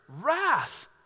Wrath